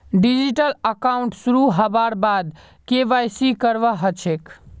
digital account शुरू हबार बाद के.वाई.सी करवा ह छेक